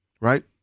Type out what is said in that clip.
right